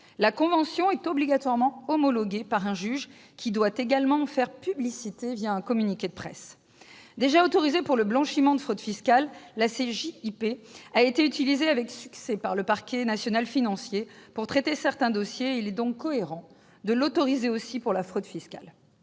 La convention est obligatoirement homologuée par un juge, qui doit également en faire publicité un communiqué de presse. Déjà autorisée pour le blanchiment de fraude fiscale, la CJIP a été utilisée avec succès par le parquet national financier pour traiter certains dossiers. Il est donc cohérent de l'autoriser aussi pour la fraude fiscale.